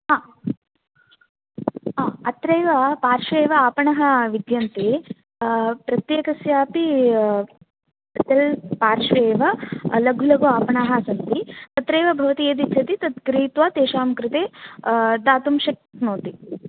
आँ अत्रैव पार्श्वे एव आपणः विद्यन्ते प्रत्येकस्यापि प्रसेल् पार्श्वे एव लघु लघु आपणाः सन्ति तत्रैव भवती यदिच्छति तत् क्रीत्वा तेषां कृते दातुं शक्नोति